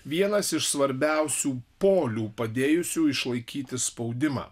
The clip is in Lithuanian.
vienas iš svarbiausių polių padėjusių išlaikyti spaudimą